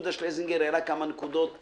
יהודה שלזינגר העלה כמה נקודות ענייניות.